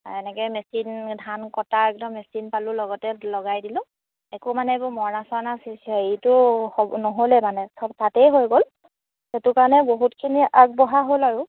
এনেকৈ মেচিন ধান কটা একদম মেচিন পালোঁ লগতে লগাই দিলোঁ একো মানে এইবোৰ মৰণা চৰণা চি হেৰিটো নহ'লেই মানে সব তাতেই হৈ গ'ল সেইটো কাৰণে বহুতখিনি আগবঢ়া হ'ল আৰু